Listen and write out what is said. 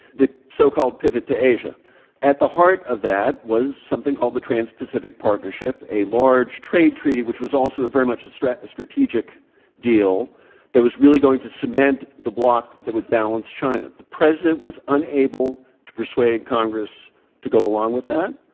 the so-called pivot to asia at the heart of that was something called the transpacific partnership, a large trade treaty which was also very much a strategy strategic deal that was really going to cement the block that would balance china. the president was unable to persuade congress to go along with that.